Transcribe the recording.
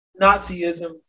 Nazism